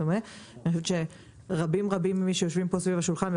אני חושבת שרבים מן היושבים פה מסביב לשולחן,